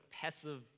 passive